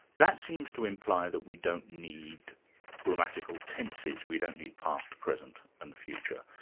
that seems to imply that we don't need grammatical tenses, we don't need past, present and future.